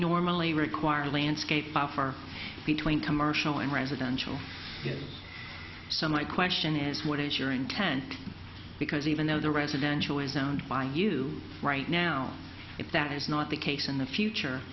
normally require landscape are far between commercial and residential so my question is what is your intent because even though the residential is down by you right now if that is not the case in the future